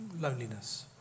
loneliness